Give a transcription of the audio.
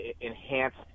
enhanced